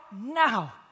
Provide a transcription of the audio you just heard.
now